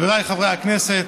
חבריי חברי הכנסת,